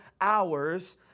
hours